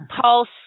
Pulse